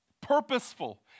Purposeful